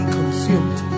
consumed